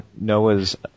Noah's